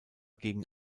gegen